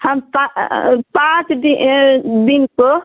हम पा पाँच दि दिन को